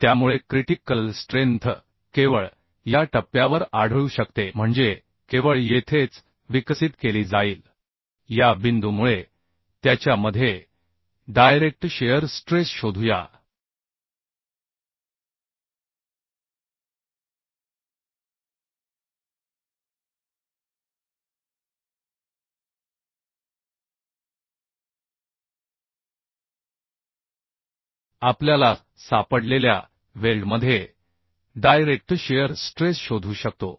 त्यामुळे critical strength केवळ या टप्प्यावर आढळू शकते म्हणजे केवळ येथेच विकसित केली जाईल या बिंदूमुळे त्याच्या मध्ये डायरेक्ट शिअर स्ट्रेस शोधूया आपल्याला सापडलेल्या वेल्डमध्ये डायरेक्ट शिअर स्ट्रेस शोधू शकतो